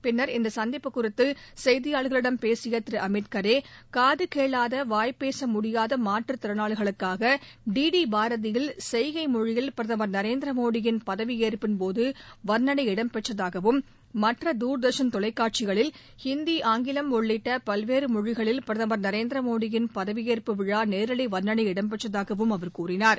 பின்னர் இந்த சந்திப்பு குறித்து செய்தியாளர்களிடம் பேசிய திரு அமித் கரே காது கேளாத வாய்பேச முடியாத மாற்றுத்திறனாளிகளுக்காக டிடி பாரதியில் செய்கை மொழியில் பிரதமர் நரேந்திர மோடியின் பதவியேற்பின்போது வர்ண்னை இடம்பெற்றதாகவும் மற்ற தூர்தர்ஷன் தொலைக்காட்சிகளில் ஹிந்தி ஆங்கிலம் உள்ளிட்ட பல்வேறு மொழிகளில் பிரதமர் திரு நரேந்திர மோடியின் பதவியேற்பு விழா நேரலை வர்ணனை இடம்பெற்றதாகவும் அவர் கூறினார்